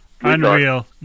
Unreal